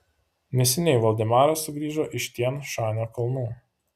neseniai valdemaras sugrįžo iš tian šanio kalnų